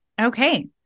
Okay